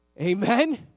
Amen